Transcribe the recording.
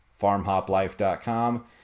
farmhoplife.com